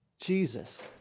Jesus